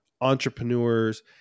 entrepreneurs